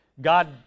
God